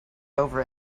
over